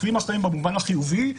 במובן החיובי,